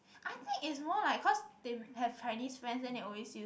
I think is more like cause they have Chinese friend then they always use